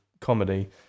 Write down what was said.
comedy